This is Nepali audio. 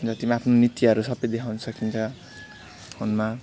जत्ति पनि आफ्नो नृत्यहरू सबै देखाउनु सकिन्छ फोनमा